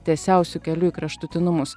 tiesiausiu keliu į kraštutinumus